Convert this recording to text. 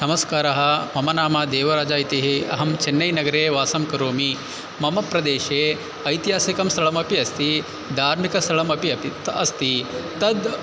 नमस्कारः मम नाम देवराजः इति अहं चन्नैनगरे वासं करोमि मम प्रदेशे ऐतिहासिकं स्थलमपि अस्ति धार्मिकस्थलमपि अपि अस्ति तत्